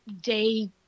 day